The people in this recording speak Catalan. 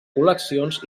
col·leccions